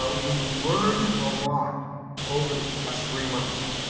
ah we've learned a lot over the last three months.